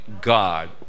God